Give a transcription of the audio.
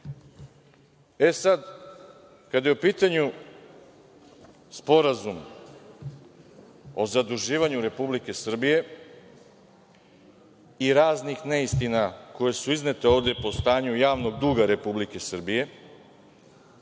tačku. Kada je u pitanju Sporazum o zaduživanju Republike Srbije i raznih neistina koje su iznete ovde po stanju javnog duga Republike Srbije,